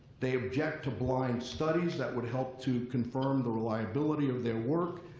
they object to blind studies that would help to confirm the reliability of their work.